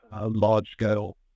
large-scale